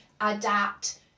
adapt